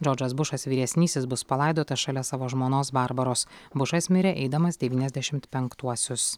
džordžas bušas vyresnysis bus palaidotas šalia savo žmonos barbaros bušas mirė eidamas devyniasdešimt penktuosius